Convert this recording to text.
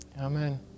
Amen